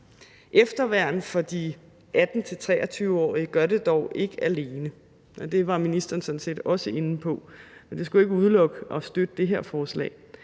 Efterværn for de 18-23-årige gør det dog ikke alene, og det var ministeren sådan set også inde på. Men det skulle ikke udelukke at støtte det her forslag.